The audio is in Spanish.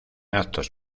actos